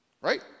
Right